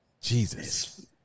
Jesus